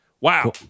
Wow